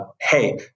hey